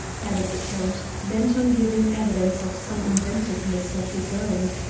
added the count, bent on giving evidence of some inventiveness of his own.